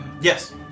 Yes